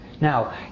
Now